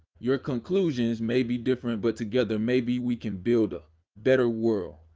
your conclusions may be different but together maybe we can build a better world.